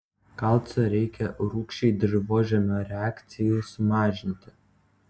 kalcio reikia rūgščiai dirvožemio reakcijai sumažinti